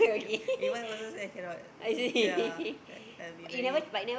you if I also say cannot ya I'll be very